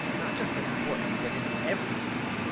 not just in sports but in everything.